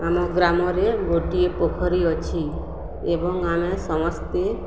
ଆମ ଗ୍ରାମରେ ଗୋଟିଏ ପୋଖରୀ ଅଛି ଏବଂ ଆମେ ସମସ୍ତେ